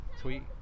tweet